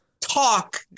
talk